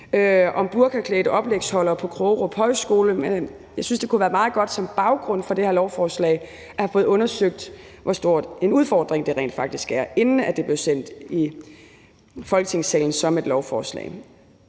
om burkaklædte oplægsholdere på Krogerup Højskole, men jeg synes, at det kunne have været meget godt som baggrund for det her lovforslag at have fået undersøgt, hvor stor en udfordring det rent faktisk er, altså inden det blev sendt i Folketingssalen som et lovforslag.